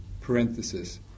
parenthesis